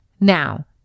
Now